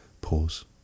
Pause